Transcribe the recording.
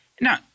Now